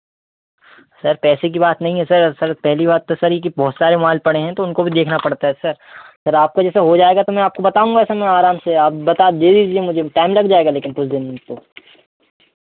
sir पैसे की बात नहीं है सर सर पहली बात तो सर ये कि बहुत सारे मोबाइल पड़े हैं तो उनको भी देखना पड़ता है सर सर आपका जैसे हो जाएगा तो मैं आपको बताऊंगा समय आराम से आप बता दे दीजिए मुझे टाइम लग जाएगा लेकिन दो तीन दिन तो